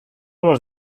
los